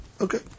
Okay